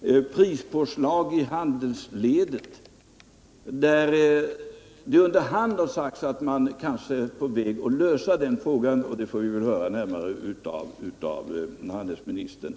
Vidare tar vi upp prispåslag i handelsledet. Man har under hand sagt att man kanske är på väg att lösa den frågan; det får vi väl höra närmare av handelsministern.